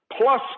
plus